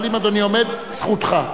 אבל אם אדוני עומד, זכותך.